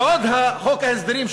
ועוד חוק ההסדרים,